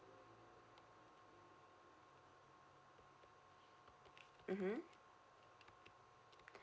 mmhmm